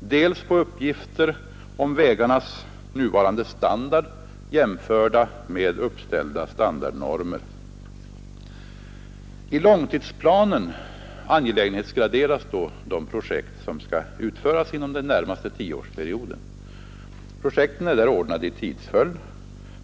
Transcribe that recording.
dels på uppgifter om vägarnas nuvarande standard i jämförelse med uppställda standardnormer. I långtidsplanen angelägenhetsgraderas de projekt som skall utföras inom den närmaste tioårsperioden. Projekten är där ordnade i tidsföljd.